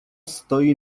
stoi